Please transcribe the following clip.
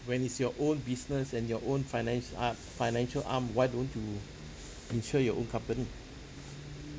when it's your own business and your own finance a~ financial arm why don't you insure your own company